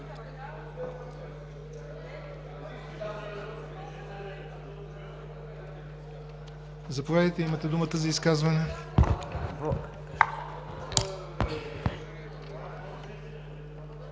Заповядайте, имате думата за изказване.